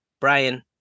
Brian